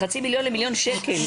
כן, בין חצי מיליון למיליון שקל.